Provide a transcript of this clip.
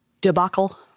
debacle